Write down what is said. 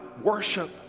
worship